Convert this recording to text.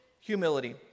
humility